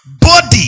body